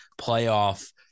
playoff